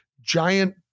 giant